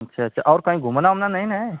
अच्छा अच्छा और कहीं घूमना ओमना नहीं न है